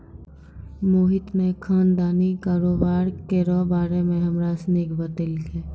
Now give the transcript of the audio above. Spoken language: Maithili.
मोहित ने खानदानी कारोबार केरो बारे मे हमरा सनी के बतैलकै